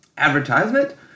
Advertisement